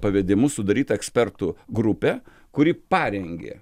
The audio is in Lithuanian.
pavedimu sudaryta ekspertų grupė kuri parengė